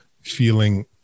feeling